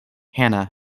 hannah